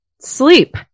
sleep